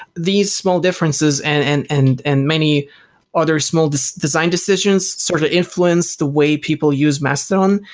these small differences and and and and many other small design design decisions sort of influenced the way people use mastodon,